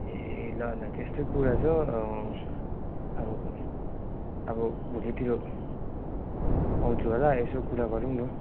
ए ल ल त्यस्तै कुरा छ अब अब भोलितिर आउँछु होला यसो कुरा गरौँ न